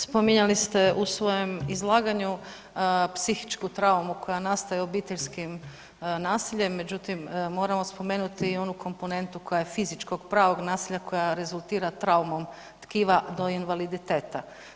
Spominjali ste u svom izlaganju psihičku traumu koja nastaje obiteljskim nasiljem, međutim moramo spomenuti i onu komponentu koja je fizičkog pravog nasilja koja rezultira traumom tkiva do invaliditeta.